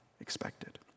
expected